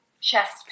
chest